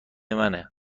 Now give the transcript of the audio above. منه